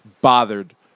bothered